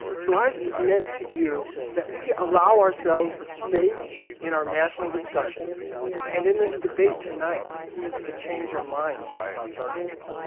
so, i submit to you that we allow ourselves the space in our national discussion and in this debate tonight to change our mind about charter schools.